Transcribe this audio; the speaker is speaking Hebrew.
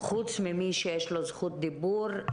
חוץ ממי שיש לו זכות דיבור,